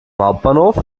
hauptbahnhof